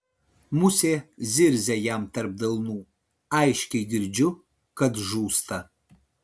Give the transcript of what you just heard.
musė zirzia jam tarp delnų aiškiai girdžiu kad žūsta